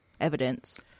evidence